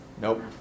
Nope